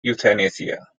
euthanasia